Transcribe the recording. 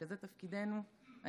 כשזה תפקידנו היחידי,